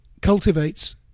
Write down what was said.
cultivates